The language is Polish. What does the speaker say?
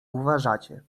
uważacie